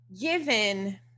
given